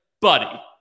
buddy